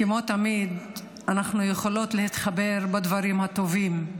כמו תמיד, אנחנו יכולות להתחבר בדברים הטובים.